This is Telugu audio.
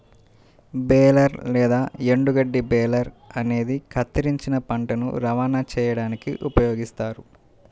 బేలర్ లేదా ఎండుగడ్డి బేలర్ అనేది కత్తిరించిన పంటను రవాణా చేయడానికి ఉపయోగిస్తారు